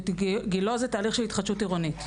בגילה זה תהליך של התחדשות עירונית.